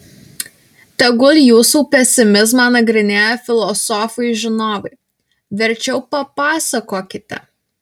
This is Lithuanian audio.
tegul jūsų pesimizmą nagrinėja filosofai žinovai verčiau papasakokite